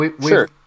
sure